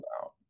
out